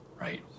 right